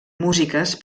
músiques